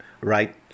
right